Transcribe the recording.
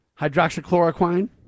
hydroxychloroquine